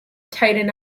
tighten